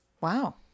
Wow